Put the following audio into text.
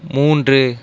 மூன்று